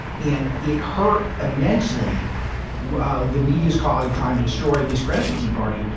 and it hurt immensely the media's cause of trying to destroy and discredit the tea party,